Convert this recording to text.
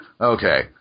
Okay